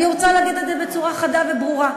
אני רוצה להגיד את זה בצורה חדה וברורה: